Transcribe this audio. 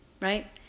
right